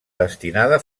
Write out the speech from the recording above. destinada